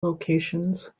locations